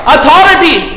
Authority